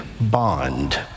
bond